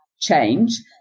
change